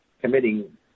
committing